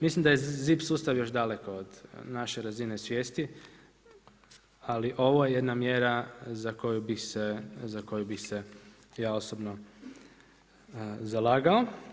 Mislim da je ZIP sustav još daleko od naše razine svijesti, ali ovo je jedna mjera za koju bi se ja osobno zalagao.